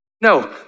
No